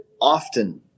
often